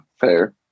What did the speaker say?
fair